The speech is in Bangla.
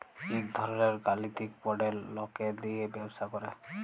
ইক ধরলের গালিতিক মডেল লকে দিয়ে ব্যবসা করে